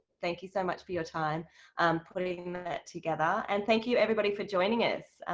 thank you so much for your time putting that together. and thank you, everybody, for joining us.